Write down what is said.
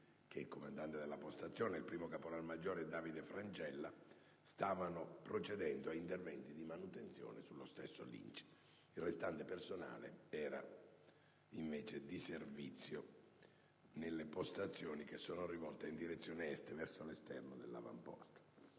comandante della postazione, e il primo caporalmaggiore Davide Frangella stavano procedendo a interventi di manutenzione sulle apparecchiature di bordo dello stesso Lince. Il restante personale era, invece, di servizio nelle postazioni che sono rivolte in direzione Est, verso l'esterno dell'avamposto.